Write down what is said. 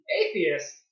atheist